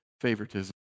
favoritism